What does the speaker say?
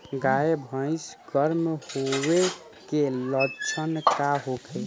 गाय भैंस गर्म होय के लक्षण का होखे?